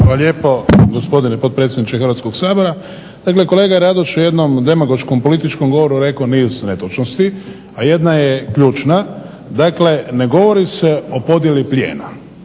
lijepo, gospodine potpredsjedniče Hrvatskoga sabora. Dakle kolega Radoš je u jednom demagoškom političkom govoru rekao niz netočnosti, a jedna je ključna. Dakle ne govori se o podjeli plijena